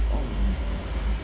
um